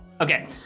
Okay